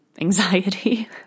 anxiety